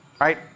Right